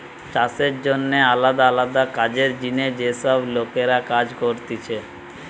চাষের জন্যে আলদা আলদা কাজের জিনে যে সব লোকরা কাজ করতিছে